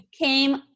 came